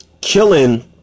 killing